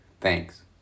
Thanks